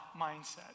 mindset